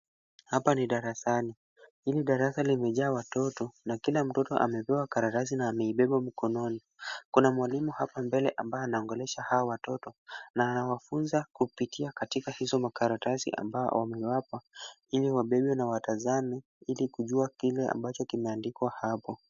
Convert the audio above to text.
Hapa ni darasani. Hili darasa limejaa watoto na kila mtoto amepewa karatasi na ameibeba mkononi. Kuna mwalimu hapa mbele ambaye anaongelesha hawa watoto na anawafunza kupitia katika hizo makaratasi ambao wamewapa ili wabebe na watazame ili kujua kile ambacho kimeandikwa hapo.